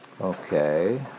Okay